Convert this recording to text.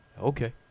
Okay